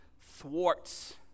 thwarts